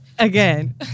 Again